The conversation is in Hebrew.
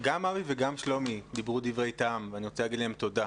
גם אבי וגם שלומי דיברו דברי טעם ואני רוצה להגיד להם תודה.